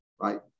right